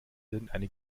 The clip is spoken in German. irgendeine